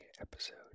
episode